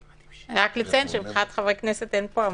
רק לציין שמבחינת חברי כנסת אין פה המונים.